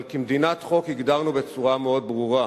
אבל כמדינת חוק הגדרנו בצורה מאוד ברורה: